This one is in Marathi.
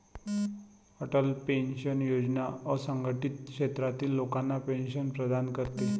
अटल पेन्शन योजना असंघटित क्षेत्रातील लोकांना पेन्शन प्रदान करते